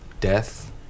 death